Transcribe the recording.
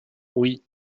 oui